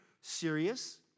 serious